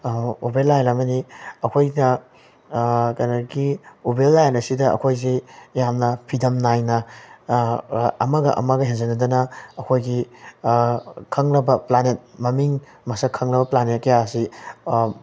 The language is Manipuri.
ꯑꯣꯕꯦꯜ ꯂꯥꯏꯟ ꯑꯃꯅꯤ ꯑꯩꯈꯣꯏꯅ ꯀꯩꯅꯣꯒꯤ ꯑꯣꯕꯦꯜ ꯂꯥꯏꯟ ꯑꯁꯤꯗ ꯑꯩꯈꯣꯏꯁꯤ ꯌꯥꯝꯅ ꯐꯤꯗꯝ ꯅꯥꯏꯅ ꯑꯃꯒ ꯑꯃꯒ ꯍꯦꯟꯖꯤꯟꯅꯗꯅ ꯑꯩꯈꯣꯏꯒꯤ ꯈꯪꯅꯕ ꯄ꯭ꯂꯥꯅꯦꯠ ꯃꯃꯤꯡ ꯃꯁꯛ ꯈꯪꯂꯕ ꯄ꯭ꯂꯥꯅꯦꯠ ꯀꯌꯥ ꯑꯁꯤ